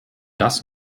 das